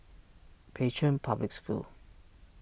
Pei Chun Public School